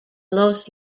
los